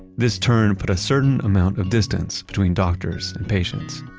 this turn put a certain amount of distance between doctors and patients.